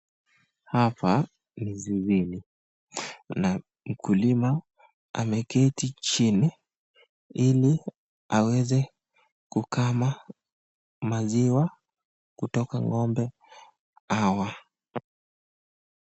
Hapa ni zizini kuna mkulima ameketi chini ili aweze kukama maziwa kutoka ng'ombe hawa.